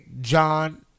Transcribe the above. John